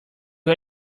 you